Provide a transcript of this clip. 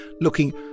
looking